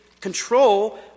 control